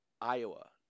Iowa